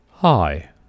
Hi